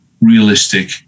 realistic